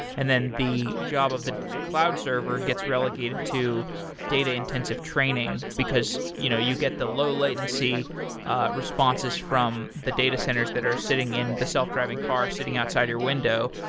and then, the job of the cloud server gets reallocated to data intensive training, because you know you get the low latency responses from the data centers that are sitting in the self-driving car sitting outside of your window,